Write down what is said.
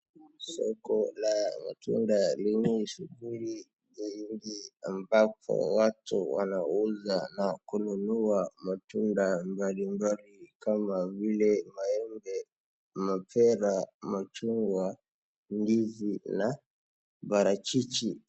Soko la matunda lenye shughuli nyingi ambapo watu wanauza na kununua matunda mbali mbali kama vile maembe, mapera, machungwa, ndizi, na parachichi.